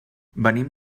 venim